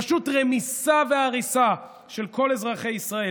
פשוט רמיסה והריסה של כל אזרחי ישראל.